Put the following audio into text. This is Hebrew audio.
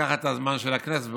לקחת את הזמן של הכנסת.